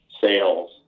sales